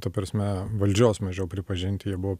ta prasme valdžios mažiau pripažinti jie buvo